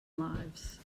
lives